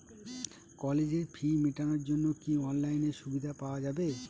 কলেজের ফি মেটানোর জন্য কি অনলাইনে সুবিধা পাওয়া যাবে?